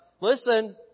listen